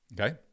okay